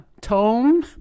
tone